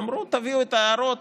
אמרו: תביאו את ההערות,